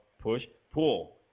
push-pull